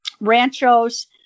ranchos